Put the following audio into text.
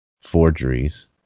forgeries